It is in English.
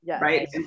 Right